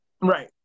Right